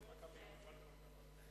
חברי הכנסת,